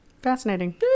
fascinating